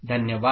धन्यवाद